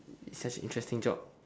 such interesting job